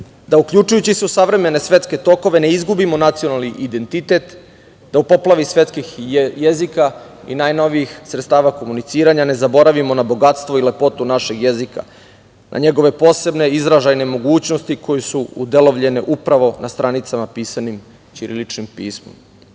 da uključujući se u savremene svetske tokove ne izgubimo nacionalni identitet, da u poplavi svetskih jezika i najnovijih sredstava komuniciranja ne zaboravimo na bogatstvo i na lepotu našeg jezika, na njegove posebne izražajne mogućnosti koje su udelovljene upravo na stanicama pisanim ćiriličnim pismom.